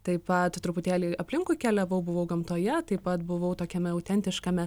taip pat truputėlį aplinkui keliavau buvau gamtoje taip pat buvau tokiame autentiškame